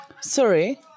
Sorry